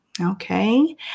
Okay